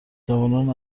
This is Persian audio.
جوانان